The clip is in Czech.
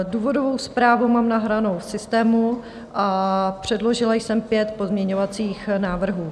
Důvodovou zprávu mám nahranou v systému a předložila jsem pět pozměňovacích návrhů.